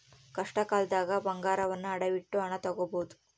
ಕಷ್ಟಕಾಲ್ದಗ ಬಂಗಾರವನ್ನ ಅಡವಿಟ್ಟು ಹಣ ತೊಗೋಬಹುದು